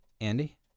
Andy